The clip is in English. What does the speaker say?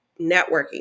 networking